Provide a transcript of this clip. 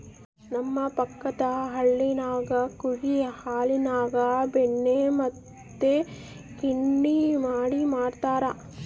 ನಮ್ಮ ಪಕ್ಕದಳ್ಳಿಗ ಕುರಿ ಹಾಲಿನ್ಯಾಗ ಬೆಣ್ಣೆ ಮತ್ತೆ ಗಿಣ್ಣು ಮಾಡಿ ಮಾರ್ತರಾ